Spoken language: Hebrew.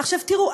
עכשיו תראו.